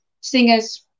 singers